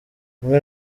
rimwe